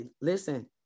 listen